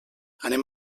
anem